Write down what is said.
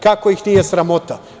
Kako ih nije sramota?